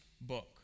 book